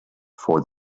for